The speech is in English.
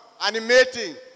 animating